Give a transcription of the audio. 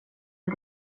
att